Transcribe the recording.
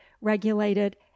regulated